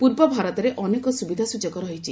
ପୂର୍ବ ଭାରତରେ ଅନେକ ସୁବିଧା ସୁଯୋଗ ରହିଛି